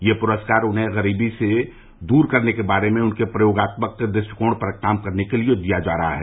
यह पुरस्कार उन्हें दुनिया से गरीबी दूर करने के बारे में उनके प्रयोगात्मक दृष्टिकोण पर काम के लिए दिया जा रहा है